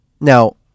now